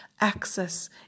access